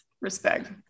Respect